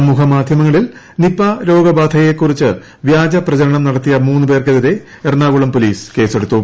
സമൂഹ മാധ്യമങ്ങളിൽ നിപ രോഗബാധയെ കുറിച്ച് വ്യാജപ്രചരണം നടത്തിയ മൂന്ന് പേർക്കെതിരെ എറണാകുളം പോലീസ് കേസെടുത്തു